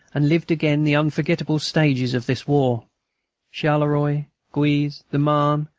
and lived again the unforgettable stages of this war charleroi, guise, the marne,